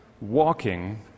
walking